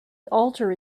alter